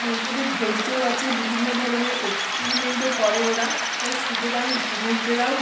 ও ওদের ধৈর্যও আচে বিভিন্ন ধরনের এক্সপেরিমেন্টও করে ওরা তাই সুতরাং পুরুষদেরাও